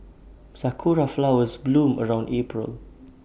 Sakura Flowers bloom around April